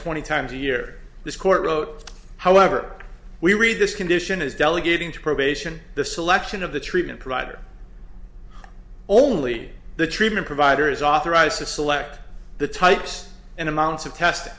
twenty times a year this court wrote however we read this condition is delegating to probation the selection of the treatment provider only the treatment providers authorized to select the types and amounts of test